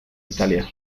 italia